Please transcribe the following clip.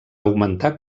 augmentar